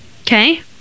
Okay